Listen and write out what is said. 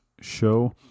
show